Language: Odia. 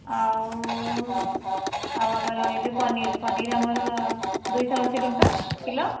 ଆଉ ଆଉ ଆମର ଏଇ ଯେଉଁ ପନିର୍ ପନିର୍ ଆମର ଦୁଇଶହ ଅଶୀ ଟଙ୍କା କିଲୋ